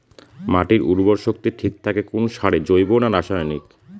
মাটির উর্বর শক্তি ঠিক থাকে কোন সারে জৈব না রাসায়নিক?